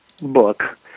book